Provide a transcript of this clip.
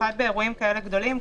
במיוחד באירועים כאלה גדולים,